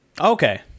Okay